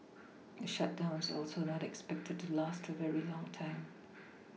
the shutdown is also not expected to last a very long time